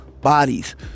bodies